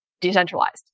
decentralized